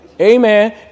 Amen